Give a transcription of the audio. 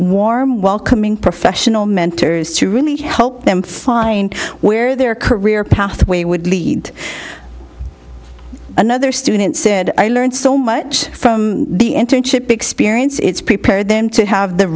warm welcoming professional mentors to really help them find where their career pathway would lead another student said i learned so much from the internship experience it's prepare them to have the